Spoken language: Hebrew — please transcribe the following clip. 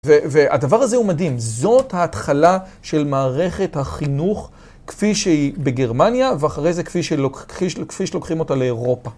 והדבר הזה הוא מדהים, זאת ההתחלה של מערכת החינוך כפי שהיא בגרמניה ואחרי זה כפי שלוקחים אותה לאירופה.